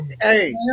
Hey